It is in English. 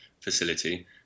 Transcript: facility